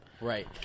Right